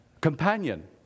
Companion